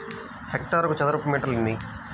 హెక్టారుకు చదరపు మీటర్లు ఎన్ని?